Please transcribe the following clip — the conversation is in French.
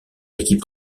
équipe